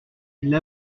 ils